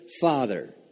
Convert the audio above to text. father